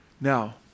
Now